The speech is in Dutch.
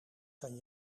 kan